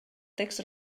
text